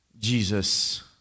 Jesus